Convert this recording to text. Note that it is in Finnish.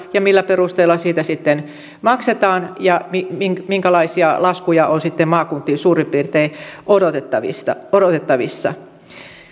ja millä perusteella siitä sitten maksetaan ja minkälaisia laskuja on sitten maakuntiin suurin piirtein odotettavissa odotettavissa